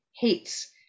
hates